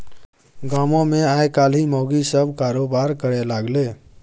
गामोमे आयकाल्हि माउगी सभ कारोबार करय लागलै